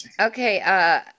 Okay